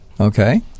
Okay